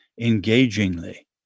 engagingly